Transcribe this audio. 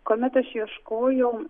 kuomet aš ieškojau